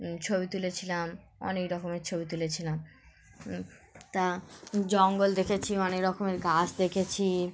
ছবি তুলেছিলাম অনেক রকমের ছবি তুলেছিলাম তা জঙ্গল দেখেছি অনেক রকমের গাছ দেখেছি